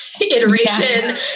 iteration